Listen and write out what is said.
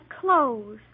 clothes